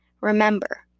Remember